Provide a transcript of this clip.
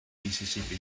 mississippi